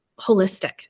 holistic